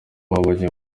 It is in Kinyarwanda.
babonye